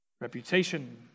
reputation